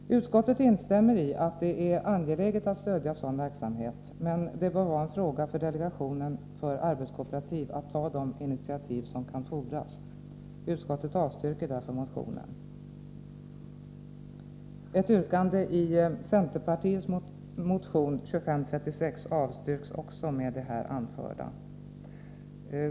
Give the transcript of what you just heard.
Utskottet instämmer i att det är angeläget att stödja sådan verksamhet, men det bör vara en fråga för delegationen för arbetskooperativ att ta de initiativ som kan fordras. Utskottet avstyrker därför motionen. Ett yrkande i centermotion 2536 avstyrks också.